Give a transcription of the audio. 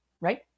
right